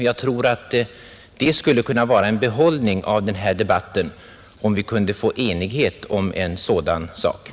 Kunde vi få enighet omkring ett sådant krav, skulle denna debatt inte ha varit förgäves. att komma till rätta med narkotikaproblemet